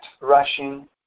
rushing